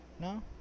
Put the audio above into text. no